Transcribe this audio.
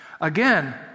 Again